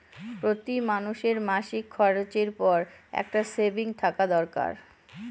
প্রতি মানুষের মাসিক খরচের পর একটা সেভিংস থাকা দরকার